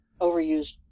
overused